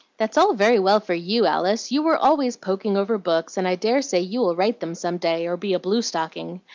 that's all very well for you, alice you were always poking over books, and i dare say you will write them some day, or be a blue-stocking.